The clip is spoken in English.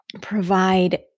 provide